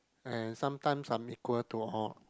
and sometimes i'm equal to all